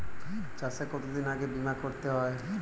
চাষে কতদিন আগে বিমা করাতে হয়?